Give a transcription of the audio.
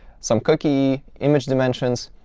some cookie, image dimensions.